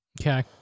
Okay